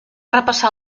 repassar